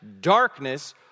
darkness